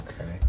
Okay